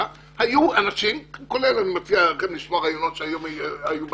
היו אנשים ואני מציע לקרוא ראיונות שהיום היו בעיתון,